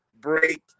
break